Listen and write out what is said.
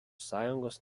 sąjungos